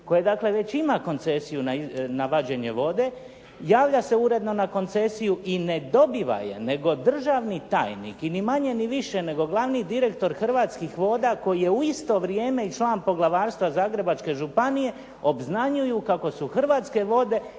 koje dakle već ima koncesiju na vađenje vode javlja se uredno na koncesiju i ne dobiva je, nego državni tajni i ni manje ni više nego glavni direktor Hrvatskih voda koji je u isto vrijeme i član Poglavarstva Zagrebačke županije obznanjuju kako su Hrvatske vode